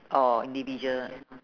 orh individual